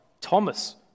Thomas